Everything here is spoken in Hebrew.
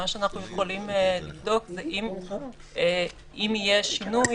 מה שאנחנו יכולים לבדוק זה אם יהיה שינוי,